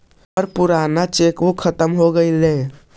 हमर पूराना cheque book खत्म हो गईल